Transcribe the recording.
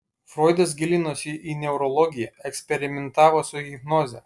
froidas gilinosi į neurologiją eksperimentavo su hipnoze